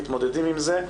מתמודדים עם זה,